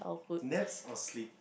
naps or sleep